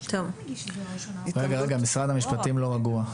רגע, משרד המשפטים לא רגוע.